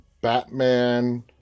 Batman